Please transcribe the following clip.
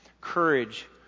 courage